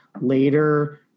later